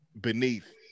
beneath